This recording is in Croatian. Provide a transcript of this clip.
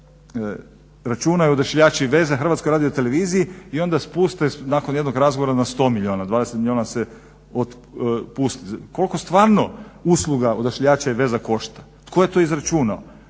milijuna računa odašiljači i veze Hrvatskoj radioteleviziji i onda spuste nakon jednog razgovora na 100 milijuna, 20 milijuna se otpusti. Koliko stvarno usluga odašiljača i veza košta? Tko je to izračunao?